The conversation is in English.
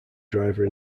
driver